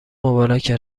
مبارکه